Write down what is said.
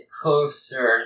closer